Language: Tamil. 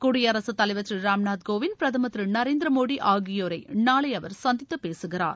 குடியரசுத் தலைவர் திரு ராம்நாத் கோவிந்த் பிரதமர் திரு நரேந்திர மோடி ஆகியோரை நாளை அவர் சந்தித்து பேசுகிறார்